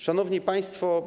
Szanowni Państwo!